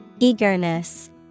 eagerness